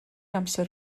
amser